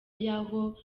yaho